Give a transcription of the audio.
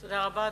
תודה רבה.